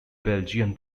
belgian